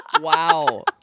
Wow